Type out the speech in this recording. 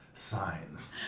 signs